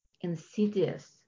insidious